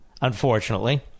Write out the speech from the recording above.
unfortunately